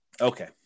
Okay